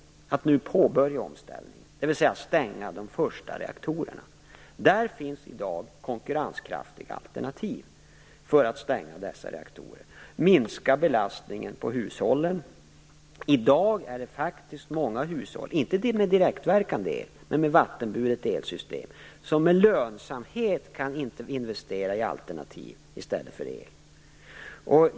Vi kan nu påbörja omställningen, dvs. stänga de första reaktorerna. Det finns i dag konkurrenskraftiga alternativ som gör att vi kan stänga dessa reaktorer och minska belastningen på hushållen. I dag är det faktiskt många hushåll - inte med direktverkande el men med vattenburet elsystem - som med lönsamhet kan investera i alternativ i stället för el.